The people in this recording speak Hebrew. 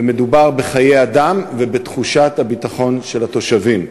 ומדובר בחיי אדם ובתחושת הביטחון של התושבים.